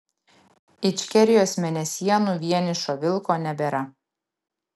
ičkerijos mėnesienų vienišo vilko nebėra